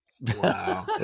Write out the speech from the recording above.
Wow